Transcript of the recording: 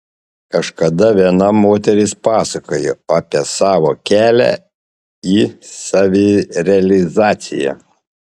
kažkada viena moteris pasakojo apie savo kelią į savirealizaciją